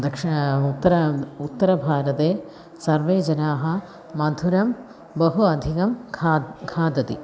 दक्षिणम् उत्तरम् उत्तरभारते सर्वे जनाः मधुरं बहु अधिकं खादन्ति खादन्ति